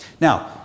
Now